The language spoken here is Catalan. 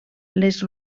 les